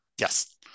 yes